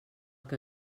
que